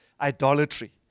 idolatry